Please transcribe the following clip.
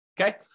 Okay